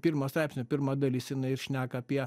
pirmo straipsnio pirma dalis jinai ir šneka apie